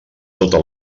tota